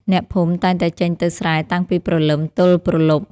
អ្នកភូមិតែងតែចេញទៅស្រែតាំងពីព្រលឹមទល់ព្រលប់។